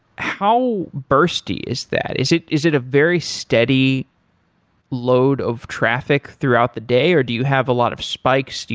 how bursty is that? is it is it a very steady load of traffic throughout the day or do you have a lot of spikes?